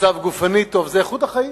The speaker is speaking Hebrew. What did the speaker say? מצב גופני טוב, היא איכות החיים.